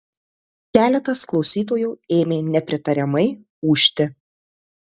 keletas klausytojų ėmė nepritariamai ūžti